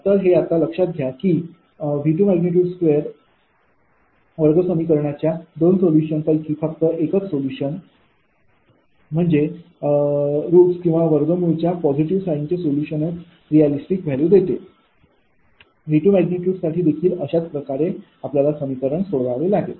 तर हे लक्षात घ्या की V22वर्ग समीकरणाच्या दोन सोलुशन पैकी फक्त एकच सोल्युशन म्हणजे वर्गमूळ च्या फक्त पॉझिटिव्ह साईनचे सोल्युशनच रियलीस्टिक व्हॅल्यू देते V2साठी देखील अशाच प्रकारे सोडवावे लागेल